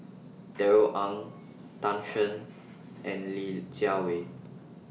Darrell Ang Tan Shen and Li Jiawei